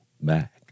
back